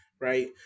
right